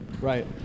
Right